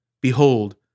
Behold